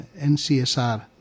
NCSR